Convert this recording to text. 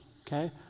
Okay